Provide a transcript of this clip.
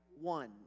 one